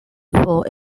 for